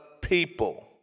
people